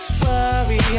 worry